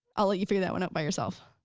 i'll let you figure that one out by yourself.